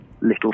little